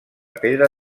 pedra